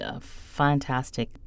fantastic